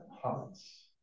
Hearts